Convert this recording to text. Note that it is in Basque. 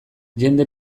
jende